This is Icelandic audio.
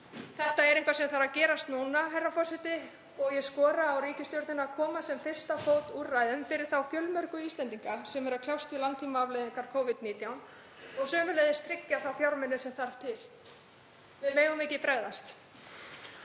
Þetta er eitthvað sem þarf að gerast núna, herra forseti, og ég skora á ríkisstjórnina að koma sem fyrst á fót úrræðum fyrir þá fjölmörgu Íslendinga sem eru að kljást við langtímaafleiðingar Covid-19 og sömuleiðis að tryggja þá fjármuni sem þarf til. Við megum ekki bregðast.